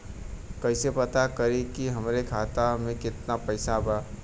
कइसे पता करि कि हमरे खाता मे कितना पैसा बा?